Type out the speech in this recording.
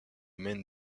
maine